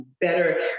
Better